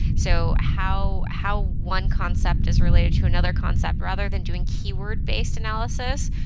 so how how one concept is related to another concept rather than doing keyword based analysis.